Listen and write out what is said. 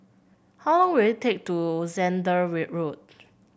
how long will it take to Zehnder Road